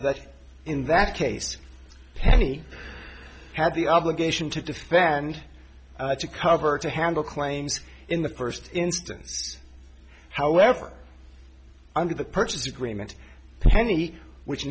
that in that case penny had the obligation to defend to cover to handle claims in the first instance however under the purchase agreement many which